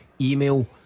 email